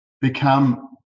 become